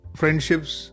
friendships